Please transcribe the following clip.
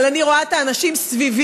אבל אני רואה את האנשים סביבי,